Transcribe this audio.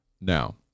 Now